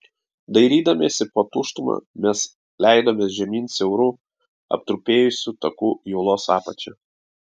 dairydamiesi po tuštumą mes leidomės žemyn siauru aptrupėjusiu taku į uolos apačią